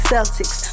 Celtics